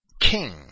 king